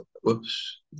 whoops